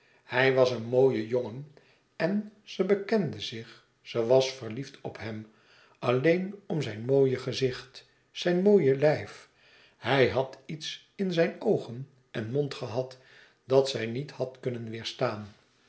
hij was een mooie jongen en ze bekende zich ze was verliefd op hem alleen om zijn mooie gezicht zijn mooie lijf hij had iets in zijn oogen en mond gehad dat zij niet had kunnen